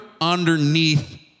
underneath